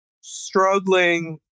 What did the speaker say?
struggling